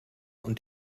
und